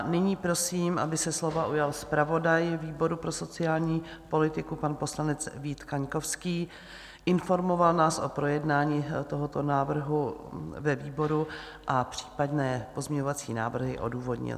Nyní prosím, aby se slova ujal zpravodaj výboru pro sociální politiku, pan poslanec Vít Kaňkovský, informoval nás o projednání tohoto návrhu ve výboru a případné pozměňovací návrhy odůvodnil.